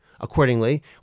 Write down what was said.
Accordingly